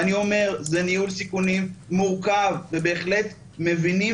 אני אומר שזה ניהול סיכונים מורכב ובהחלט מבינים